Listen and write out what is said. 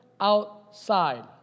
outside